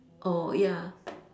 oh ya